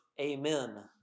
amen